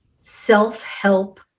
self-help